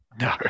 No